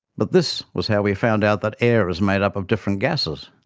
but this was how we found out that air is made up of different gases.